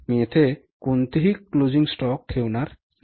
मी येथे कोणताही closing stock ठेवणार नाही